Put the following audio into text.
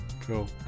Cool